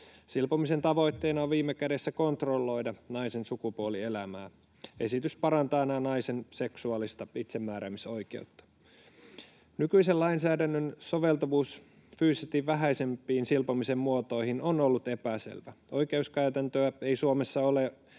Silpomisen tavoitteena on viime kädessä kontrolloida naisen sukupuolielämää. Esitys parantaa naisen seksuaalista itsemääräämisoikeutta. Nykyisen lainsäädännön soveltuvuus fyysisesti vähäisempiin silpomisen muotoihin on ollut epäselvä. Oikeuskäytäntöä ei Suomessa ole